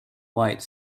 white